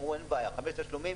אמרו, אין בעיה, חמישה תשלומים